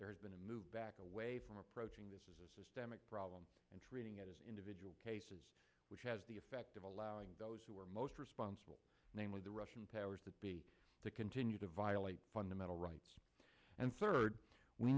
there's been a move back away from approaching the problem and treating individual cases which has the effect of allowing those who are most responsible namely the russian powers that be to continue to violate fundamental rights and third we